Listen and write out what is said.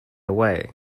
away